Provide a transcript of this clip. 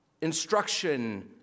instruction